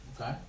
Okay